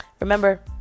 remember